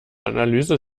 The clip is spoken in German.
analyse